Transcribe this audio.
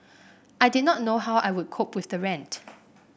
I did not know how I would cope with the rent